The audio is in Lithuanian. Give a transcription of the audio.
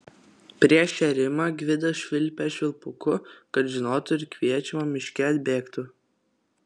prieš šėrimą gvidas švilpė švilpuku kad žinotų ir kviečiama miške atbėgtų